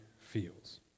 feels